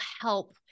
help